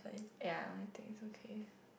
ya I think it's okay